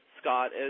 Scott